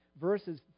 verses